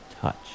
touch